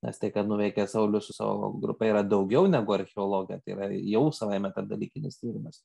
nes tai ką nuveikė saulius su savo grupe yra daugiau negu archeologija tai yra jau savaime tarpdalykinis tyrimas